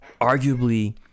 arguably